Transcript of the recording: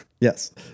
Yes